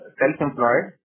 self-employed